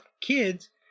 kids